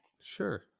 Sure